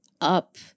up